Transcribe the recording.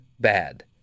bad